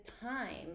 time